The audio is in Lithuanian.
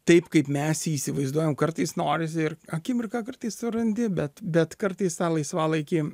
taip kaip mes jį įsivaizduojam kartais norisi ir akimirką kartais surandi bet bet kartais tą laisvalaikį